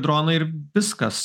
dronai ir viskas